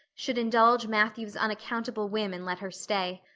should indulge matthew's unaccountable whim and let her stay?